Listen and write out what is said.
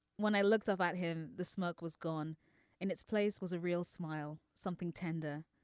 when i looked up at him the smoke was gone and its place was a real smile. something tender.